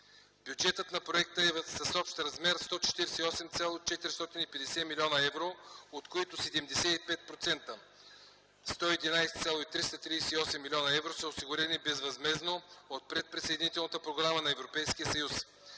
Бюджетът на проекта е с общ размер 148 млн. 450 хил. евро, от които 75% - 11 млн. 338 хил. евро са осигурени безвъзмездно от предприсъединителната програма на Европейския съюз.